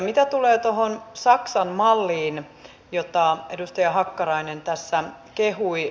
mitä tulee tuohon saksan malliin jota edustaja hakkarainen tässä kehui